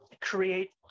create